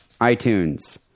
iTunes